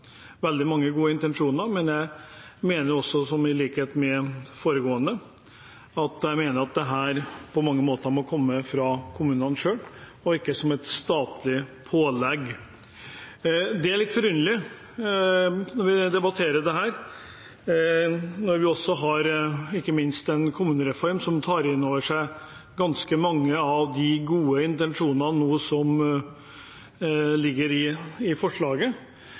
veldig mange gode intensjoner, men jeg mener også, i likhet med foregående taler, at dette på mange måter må komme fra kommunene selv og ikke som et statlig pålegg. Vi har en kommunereform som tar inn over seg ganske mange av de gode intensjonene som ligger i forslaget,